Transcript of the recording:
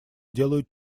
делают